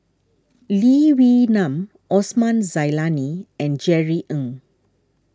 Lee Wee Nam Osman Zailani and Jerry Ng